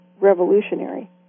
revolutionary